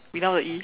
without the E